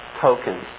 tokens